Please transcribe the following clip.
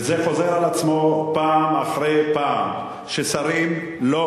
זה חוזר על עצמו פעם אחרי פעם ששרים לא